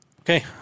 Okay